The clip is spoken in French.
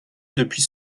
depuis